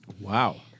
Wow